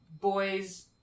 boys